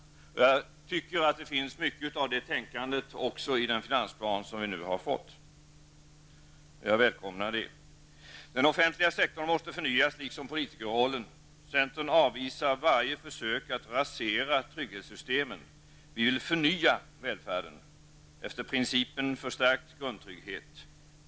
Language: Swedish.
Jag tycker att det finns mycket av detta tänkande även i den finansplan som vi nu fått. Jag välkomnar det. Den offentliga sektorn måste, liksom politikerrollen, förnyas. Centern avvisar varje försök att rasera trygghetssystemen. Vi vill förnya välfärden efter principen förstärkt grundtrygghet.